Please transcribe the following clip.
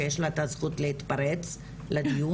שיש לה את הזכות להתפרץ לדיון,